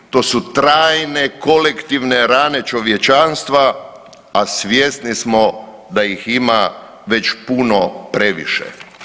To su trajne kolektivne rane čovječanstva, a svjesni smo da ih ima već puno previše.